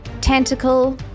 tentacle